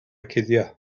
cuddio